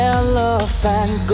elephant